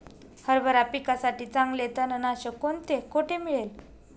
हरभरा पिकासाठी चांगले तणनाशक कोणते, कोठे मिळेल?